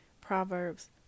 Proverbs